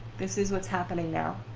this is what's happening now.